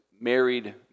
married